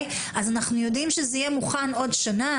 אנחנו יודעים שזה יהיה מוכן עוד שנה,